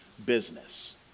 business